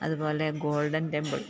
അതുപോലെ golden temple